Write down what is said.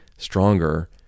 stronger